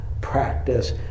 practice